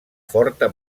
forta